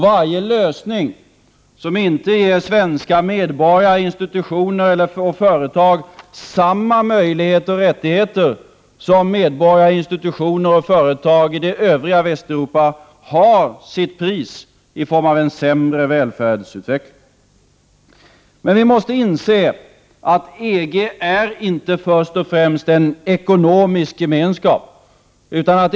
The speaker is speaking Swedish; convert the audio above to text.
Varje lösning som inte ger svenska medborgare, institutioner och företag samma möjligheter och rättigheter som medborgare, institutioner och företag i det övriga Västeuropa får har sitt pris i form av en sämre välfärdsutveckling. Men vi måste inse att EG inte först och främst är en ekonomisk gemenskap.